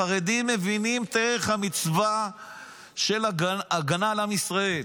החרדים מבינים את ערך המצווה של ההגנה על עם ישראל,